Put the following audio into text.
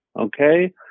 okay